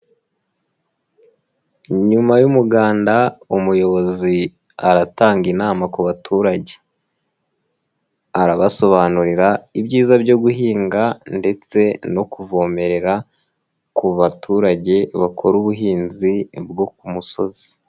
Nyuma y'umuganda umuyobozi aratanga inama ku baturage, arabasobanurira ibyiza byo guhinga ndetse no kuvomerera ku baturage bakora ubuhinzi bwo ku musozi.